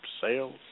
sales